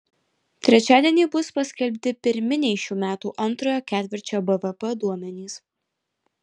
trečiadienį bus paskelbti pirminiai šių metų antrojo ketvirčio bvp duomenys